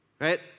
right